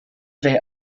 bheith